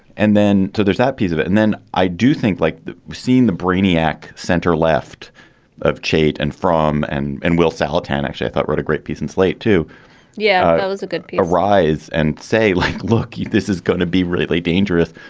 and then there's that piece of it. and then i do think like seeing the brainiac center left of chait and from and and will sell tarnish, i thought wrote a great piece in slate too yeah, that was a good rise. and say like, look, this is going to be really dangerous.